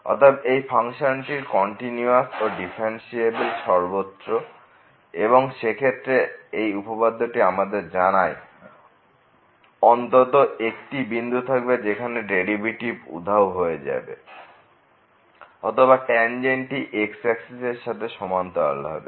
অতএব এই ফাংশনটি কন্টিনিউয়াস ও ডিফারেন্সিএবেল সর্বত্র এবং সেক্ষেত্রে এই উপপাদ্যটি আমাদের জানায় অন্তত একটি বিন্দু থাকবে যেখানে ডেরিভেটিভটি উধাও হয়ে যাবে অথবা ট্যানজেন্টটি x অ্যাক্সিস এর সাথে সমান্তরাল হবে